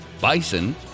Bison